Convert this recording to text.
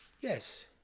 Yes